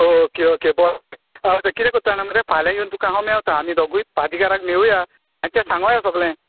okay okay बरें हांव आतां कितें कोत्ता जाणां मरे फाल्या येवन तुकां हांव मेळटा आमी दोगूय पाद्रीगाराक मेळया आनी ते सांगोया सगले